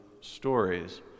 stories